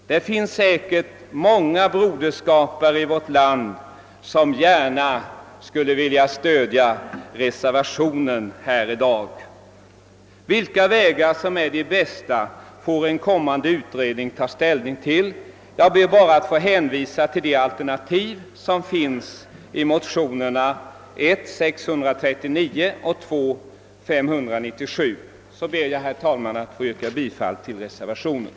Det finns säkert många broderskapare i vårt land som :gärna skulle vilja stödja reservationen i dag. Vilka vägar som är bäst får en kommande utredning ta ställning till. Jag ber bara att få hänvisa till de alternativ som anges i motionerna I:639 och II: 597. Jag yrkar, herr talman, bifall till reservationen.